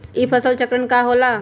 ई फसल चक्रण का होला?